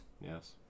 Yes